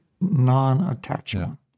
non-attachment